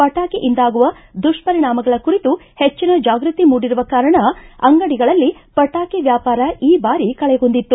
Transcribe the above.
ಪಟಾಕಿಯಿಂದಾಗುವ ದುಷ್ಪರಿಣಾಮಗಳ ಕುರಿತು ಹೆಚ್ಚಿನ ಜಾಗೃತಿ ಮೂಡಿರುವ ಪರಿಣಾಮ ಅಂಗಡಿಗಳಲ್ಲಿ ಪಟಾಕಿ ವ್ಯಾಪಾರ ಈ ಬಾರಿ ಕಳೆಗುಂದಿತ್ತು